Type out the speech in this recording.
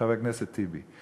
חבר הכנסת טיבי,